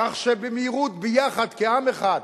כך שבמהירות, יחד, כעם אחד,